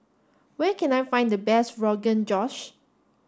where can I find the best Rogan Josh